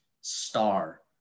star